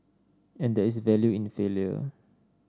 and there is value in failure